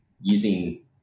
using